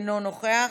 אינו נוכח.